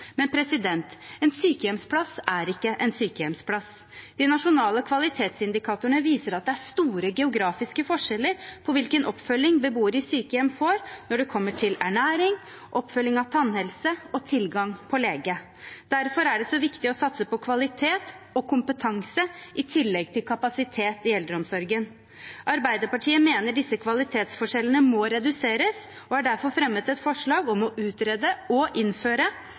Men en sykehjemsplass er ikke en sykehjemsplass. De nasjonale kvalitetsindikatorene viser at det er store geografiske forskjeller på hvilken oppfølging beboere i sykehjem får når det kommer til ernæring, oppfølging av tannhelse og tilgang på lege. Derfor er det så viktig å satse på kvalitet og kompetanse i tillegg til kapasitet i eldreomsorgen. Arbeiderpartiet mener at disse kvalitetsforskjellene må reduseres, og har derfor fremmet et forslag om å utrede og innføre